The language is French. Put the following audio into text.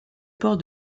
port